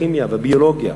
כימיה וביולוגיה